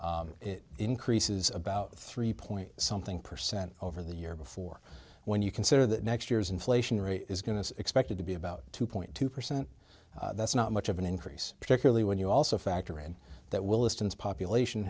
budget increases about three point something percent over the year before when you consider that next year's inflation rate is going to expected to be about two point two percent that's not much of an increase particularly when you also factor in that williston's population